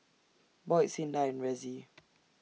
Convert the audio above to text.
Boyd Cinda and Ressie